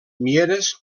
mieres